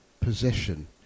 possession